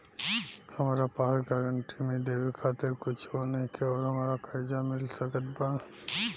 हमरा पास गारंटी मे देवे खातिर कुछूओ नईखे और हमरा कर्जा मिल सकत बा?